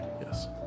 yes